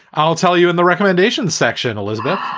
i'll tell you in the recommendation section, elizabeth